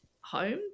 home